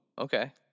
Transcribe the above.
okay